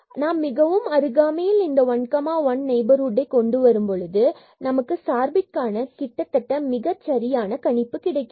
நாம் மிகவும் அருகாமையில் இந்த 1 1 நெய்பர்ஹுட் கொண்டு வரும் பொழுது நமக்கு சார்பிற்க்கான கிட்டத்தட்ட மிக சரியான கணிப்பு கிடைக்கிறது